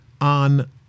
on